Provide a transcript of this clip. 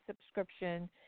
subscription